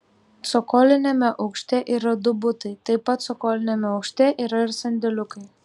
cokoliniame aukšte yra du butai taip pat cokoliniame aukšte yra ir sandėliukai